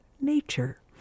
nature